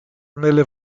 nelle